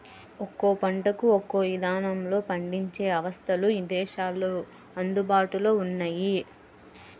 ఒక్కో పంటకు ఒక్కో ఇదానంలో పండించే అవస్థలు ఇదేశాల్లో అందుబాటులో ఉన్నయ్యి